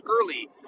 early